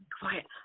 quiet